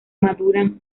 maduran